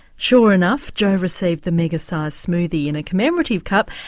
sure enough joe received the mega sized smoothie in a commemorative cup.